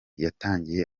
yatangiye